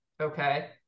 Okay